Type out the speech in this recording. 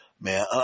Man